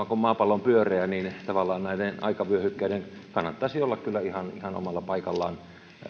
kuin maapallo on pyöreä tavallaan näiden aikavyöhykkeiden kannattaisi olla kyllä ihan ihan omalla paikallaan